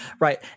Right